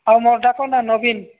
ଆଉ ମୋ ଡାକ ନା ନବୀନ